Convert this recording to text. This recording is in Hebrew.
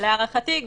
להערכתי,